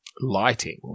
Lighting